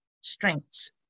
strengths